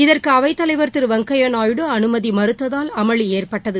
இதற்குஅவைத்தலைவா் திருவெங்கைபாநாயுடு அனுமதிமறுத்ததால் அமளிஏற்பட்டது